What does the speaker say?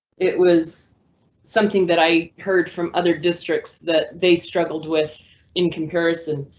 it was something that i heard from other districts that they struggled with in comparison.